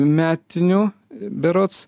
metinių berods